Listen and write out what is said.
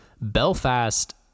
belfast